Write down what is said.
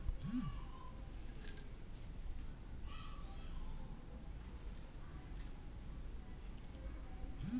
September ತಿಂಗಳ ಮಧ್ಯದಿಂದ December ತಿಂಗಳ ಮಧ್ಯದವರೆಗೆ ಲಿಲ್ಲಿ ಹೂವುಗಳನ್ನು ಬೆಳೆಯಲು ಉತ್ತಮ ಸಮಯವಾಗಿದೆ